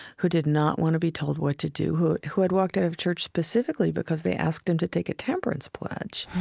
who did not want to be told what to do, who who had walked out of church specifically because they asked him to take a temperance pledge.